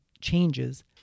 changes